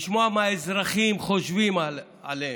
לשמוע מה האזרחים חושבים עליהם,